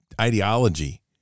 ideology